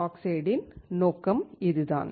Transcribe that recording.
ஆக்சைட்டின் நோக்கம் இதுதான்